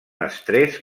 estrès